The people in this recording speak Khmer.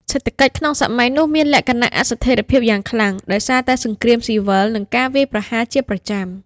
សេដ្ឋកិច្ចក្នុងសម័យនោះមានលក្ខណៈអស្ថិរភាពយ៉ាងខ្លាំង ដោយសារតែសង្គ្រាមស៊ីវិលនិងការវាយប្រហារជាប្រចាំ។